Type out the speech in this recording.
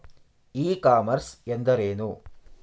E commerce ಎಂದರೇನು?